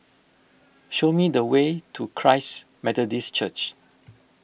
show me the way to Christ Methodist Church